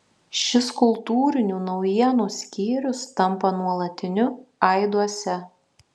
šis kultūrinių naujienų skyrius tampa nuolatiniu aiduose